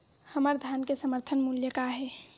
हमर धान के समर्थन मूल्य का हे?